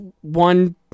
one